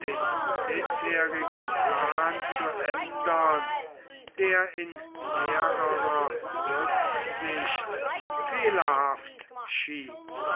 den bisherigen plan zu ändern der in mehrerer rücksicht fehlerhaft schien